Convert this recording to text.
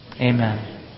Amen